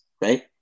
right